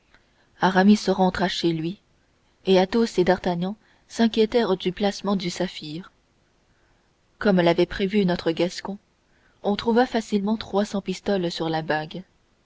aramis rentra chez lui et athos et d'artagnan s'inquiétèrent du placement du saphir comme l'avait prévu notre gascon on trouva facilement trois cents pistoles sur la bague